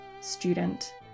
student